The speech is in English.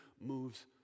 moves